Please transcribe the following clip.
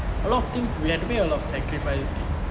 a lot of things we had to a lot of sacrifice